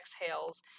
exhales